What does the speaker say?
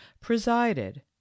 presided